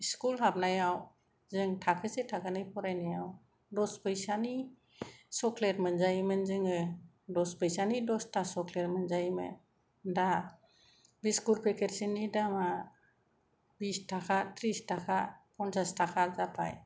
school हाबनायाव जों थाखोसे थाखोनै फरायनायाव दस फैसानि चक्लेट मोनजायोमोन जोङो दस फैसानि दसथा चक्लेट मोनजायोमोन दा बिसकुट पेकेट सेनि दामा बिस थाखा थ्रिस थाखा फनसास थाखा जाबाय